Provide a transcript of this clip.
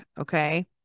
Okay